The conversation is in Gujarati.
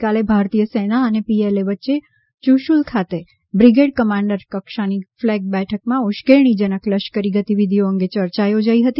ગઈકાલે ભારતીય સેના અને પીએલએ વચ્ચે યૂશુલ ખાતે બ્રિગેડ કમાન્ડર કક્ષાની ફ્લેગ બેઠકમાં ઉશ્કેરણીજનક લશ્કરી ગતિવિધિઓ અંગે ચર્ચા યોજાઇ હતી